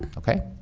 okay.